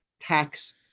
tax